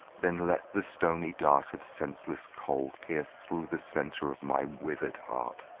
then let the stony dart of senseless cold pierce through the centre of my wither'd heart,